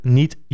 niet